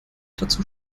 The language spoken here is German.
dazu